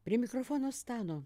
prie mikrofono stano